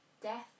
death